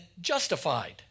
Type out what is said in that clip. justified